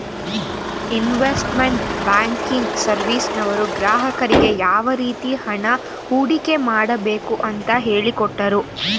investment banking ಸರ್ವಿಸ್ನವರು ಗ್ರಾಹಕರಿಗೆ ಯಾವ ರೀತಿ ಹಣ ಹೂಡಿಕೆ ಮಾಡಬೇಕು ಅಂತ ಹೇಳಿಕೊಟ್ಟರು